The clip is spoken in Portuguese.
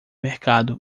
mercado